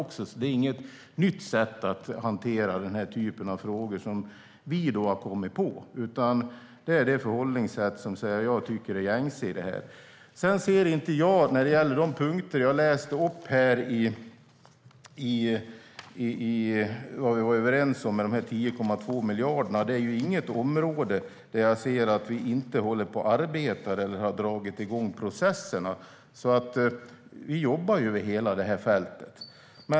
Vi har inte kommit på något nytt sätt att hantera denna typ av frågor på, utan det är detta förhållningssätt som jag tycker är gängse här. När det gäller de punkter jag läste upp och de 10,2 miljarder vi är överens om finns det inte något område där jag ser att vi inte håller på att arbeta eller har dragit igång processer. Vi jobbar med hela fältet.